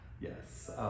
Yes